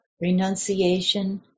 renunciation